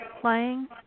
playing